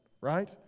right